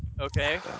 Okay